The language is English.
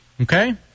Okay